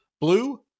blue